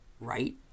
right